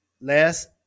last